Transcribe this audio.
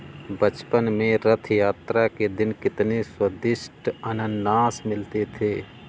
बचपन में रथ यात्रा के दिन कितने स्वदिष्ट अनन्नास मिलते थे